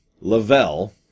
Lavelle